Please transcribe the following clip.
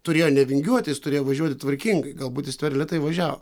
turėjo nevingiuoti jis turėjo važiuoti tvarkingai galbūt jis per lėtai važiavo